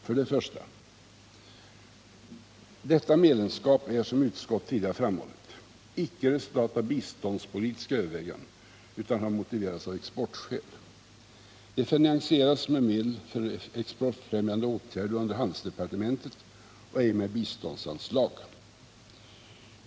För det första: Detta medlemskap är, som utskottet tidigare framhållit, icke resultatet av biståndspolitiska överväganden utan har motiverats av exportskäl. Det finansieras med medel för exportfrämjande åtgärder under handelsdepartementet och ej med biståndsanslag.